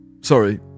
Sorry